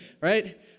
Right